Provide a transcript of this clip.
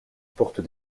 porte